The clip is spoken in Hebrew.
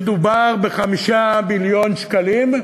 ודובר על 5 מיליון שקלים.